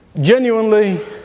genuinely